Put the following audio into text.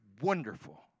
wonderful